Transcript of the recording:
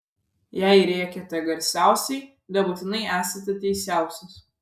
jei rėkiate garsiausiai nebūtinai esate teisiausias